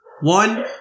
One